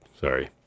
Sorry